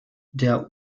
der